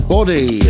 Body